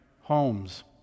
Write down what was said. homes